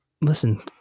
listen